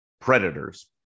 Predators